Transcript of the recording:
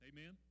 Amen